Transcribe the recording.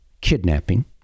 kidnapping